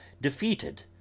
defeated